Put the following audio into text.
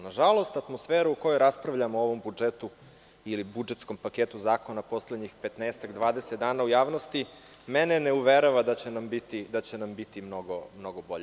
Nažalost, atmosfera u kojoj raspravljamo o ovom budžetu ili budžetskom paketu zakona poslednjih petnaestak, dvadeset dana u javnosti mene ne uverava da će nam biti mnogo bolje.